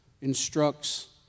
instructs